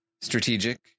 strategic